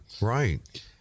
Right